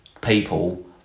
people